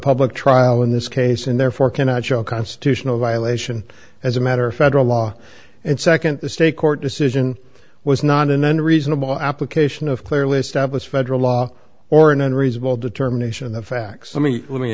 public trial in this case and therefore cannot show constitutional violation as a matter of federal law and nd the state court decision was not an unreasonable application of clearly established federal law or an unreasonable determination